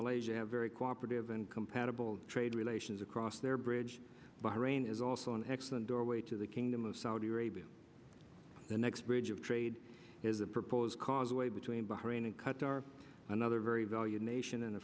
malaysia have very cooperative and compatible trade relations across their bridge bahrain is also an excellent doorway to the kingdom of saudi arabia the next bridge of trade is a proposed causeway between behind and qatar another very valued nation and a